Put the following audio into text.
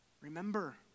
Remember